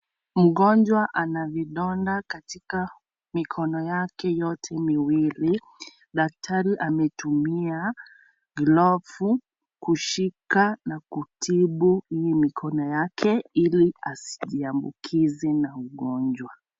Mgonjwa ana vidonda katika mikono yake yote miwili , daktari ametumia glovu kushika na kutibu hii mikono yake ili asiambukize na ugonjwa.